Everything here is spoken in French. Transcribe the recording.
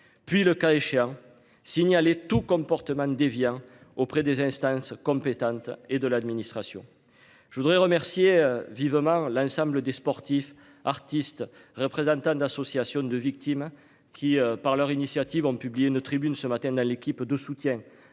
puis le cas échéant signaler tout comportement déviant auprès des instances compétentes et de l'administration. Je voudrais remercier vivement l'ensemble des sportifs, artistes, représentants d'associations de victimes qui, par leur initiative ont publié une tribune ce matin à l'équipe de soutien